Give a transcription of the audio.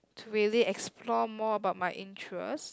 to really explore more about my interest